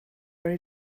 where